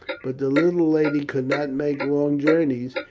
but the little lady could not make long journeys,